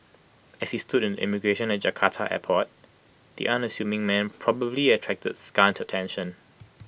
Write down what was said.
as he stood in the immigration line at Jakarta airport the unassuming man probably attracted scant attention